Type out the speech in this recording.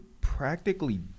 practically